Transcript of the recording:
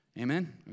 Amen